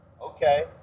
Okay